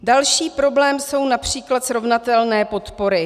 Další problém jsou např. srovnatelné podpory.